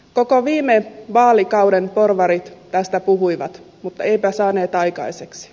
koko viime vaalikauden porvarit tästä puhuivat mutta eivätpä saaneet aikaiseksi